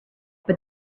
but